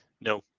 no